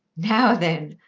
now then,